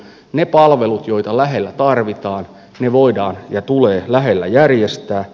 ne palvelut joita lähellä tarvitaan voidaan ja ne tulee lähellä järjestää